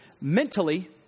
mentally